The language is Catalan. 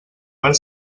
per